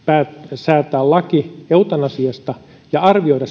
säätää laki eutanasiasta ja arvioida